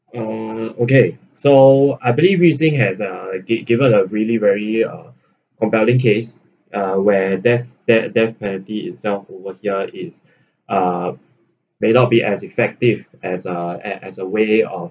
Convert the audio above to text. uh okay so I believe yu sing has uh give given a really very uh compelling case uh where death that death penalty itself over here is uh may not be as effective as uh as a way of